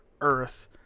Earth